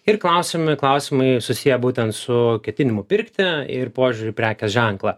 ir klausiami klausimai susiję būtent su ketinimu pirkti ir požiūriu į prekės ženklą